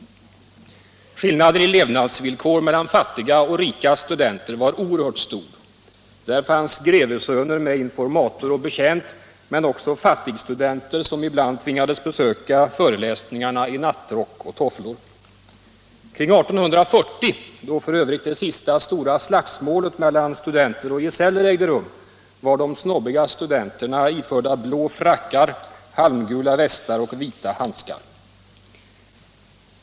Skillnaden i levnadsvillkor mellan fattiga och rika studenter var oerhört stor. Där fanns grevesöner med informator och betjänt, men också fattigstudenter som ibland tvingades besöka föreläsningarna i nattrock och tofflor. Kring 1840, då f.ö. det sista stora slagsmålet mellan studenter och gesäller ägde rum, var de snobbiga studenterna iförda blå frackar, halmgula västar och vita handskar.